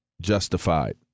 justified